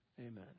Amen